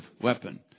weapon